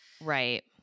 Right